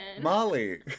Molly